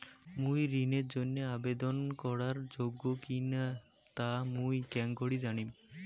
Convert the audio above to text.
মুই ঋণের জন্য আবেদন করার যোগ্য কিনা তা মুই কেঙকরি জানিম?